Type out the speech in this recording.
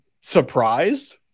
surprised